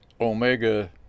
omega